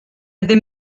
ddim